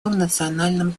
национальном